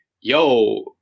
yo